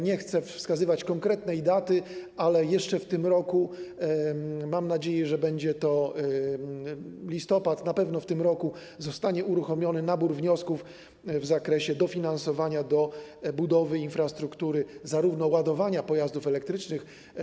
Nie chcę wskazywać konkretnej daty, ale jeszcze w tym roku - mam nadzieję, że będzie to listopad - na pewno zostanie uruchomiony nabór wniosków w zakresie dofinansowania do budowy infrastruktury ładowania pojazdów elektrycznych.